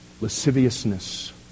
lasciviousness